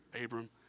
Abram